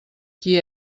qui